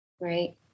right